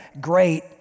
great